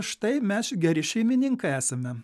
štai mes geri šeimininkai esame